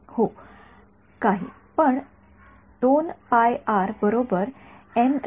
Yeah some but but in the medium